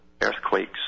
earthquakes